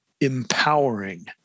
empowering